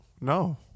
No